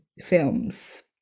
films